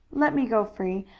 let me go free.